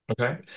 Okay